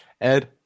ed